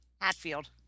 Hatfield